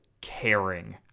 caring